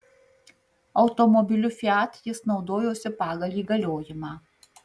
automobiliu fiat jis naudojosi pagal įgaliojimą